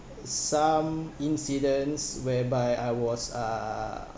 s~ some incidents whereby I was uh